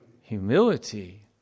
Humility